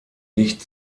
nicht